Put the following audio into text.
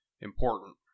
important